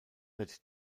that